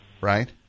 right